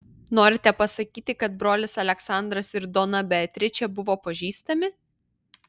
norite pasakyti kad brolis aleksandras ir dona beatričė buvo pažįstami